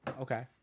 okay